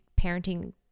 parenting